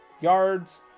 yards